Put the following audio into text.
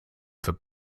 for